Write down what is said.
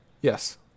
Yes